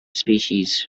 species